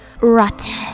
rotten